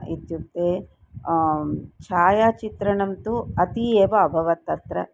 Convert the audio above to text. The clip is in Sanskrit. इत्युक्ते छायाचित्रणं तु अति एव अभवत् अत्र